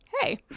hey